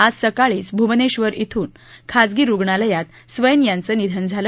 आज सकाळीच भूवनेश्वर इथं खाजगी रुग्णालयात स्वैन यांचं निधन झालं